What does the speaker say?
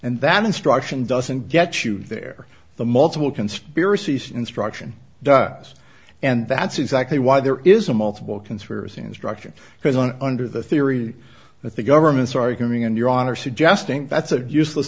and that instruction doesn't get you there the multiple conspiracies instruction does and that's exactly why there is a multiple conspiracy instruction because when under the theory that the government's arguing in your honor suggesting that's a useless